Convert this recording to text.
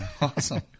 Awesome